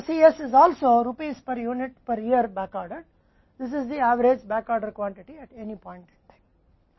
तो Cs भी रुपये प्रति यूनिट प्रति वर्ष बैकऑर्डर किया गया है यह किसी भी समय औसत बैकऑर्डर मात्रा है